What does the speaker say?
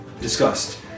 Discussed